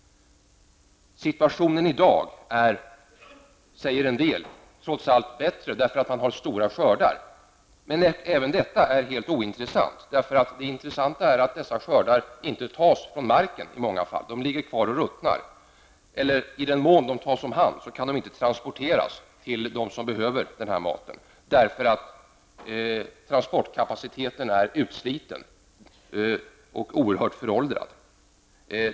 Situationen i dag är, säger en del, trots allt bättre därför att man har haft stora skördar. Men även detta är helt ointressant. Det intressanta är att dessa skördar i många fall inte tas från marken. De ligger och ruttnar, och i den mån de tas omhand kan de inte transporteras till dem som behöver mat därför att transportsystemet är utslitet och oerhört föråldrat.